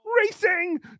racing